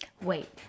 wait